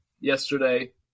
yesterday